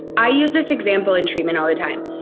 i use this example in treatment all the time.